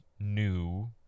new